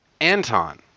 Anton